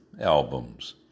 albums